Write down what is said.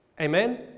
amen